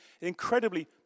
incredibly